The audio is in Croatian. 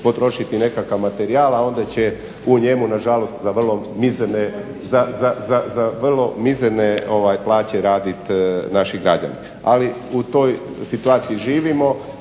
potrošiti nekakav materijal a onda će u njemu nažalost za vrlo mizerne plaće raditi naši građani. Ali u toj situaciji živimo